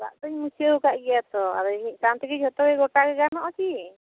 ᱚᱲᱟᱜ ᱫᱩᱧ ᱢᱩᱪᱷᱟᱹᱣ ᱟᱠᱟᱫ ᱜᱮᱭᱟ ᱛᱚ ᱟᱫᱚ ᱢᱤᱫ ᱥᱟᱶ ᱛᱮᱜᱮ ᱡᱚᱛᱚ ᱜᱮ ᱜᱚᱴᱟ ᱜᱮ ᱜᱟᱱᱚᱜᱼᱟ ᱠᱤ